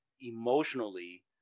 emotionally